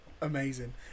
amazing